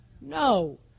No